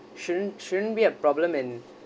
shouldn't shouldn't be a problem and